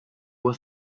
were